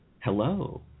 Hello